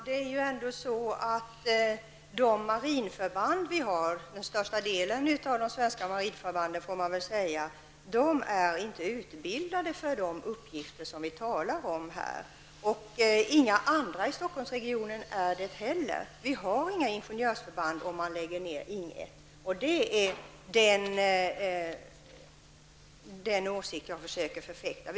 Herr talman! De marinförband som vi har -- det är största delen av de svenska marinförbanden får man väl säga -- är inte utbildade för de uppgifter som vi här talar om. Inga andra förband i Stockholmsregionen är det heller. Vi har inga ingenjörsförband om Ing 1 läggs ned. Den åsikten försöker jag förfäkta.